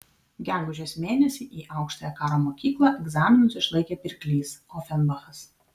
gegužės mėnesį į aukštąją karo mokyklą egzaminus išlaikė pirklys ofenbachas